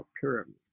pyramid